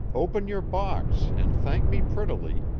open your box and thank me prettily,